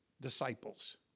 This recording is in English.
disciples